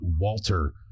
Walter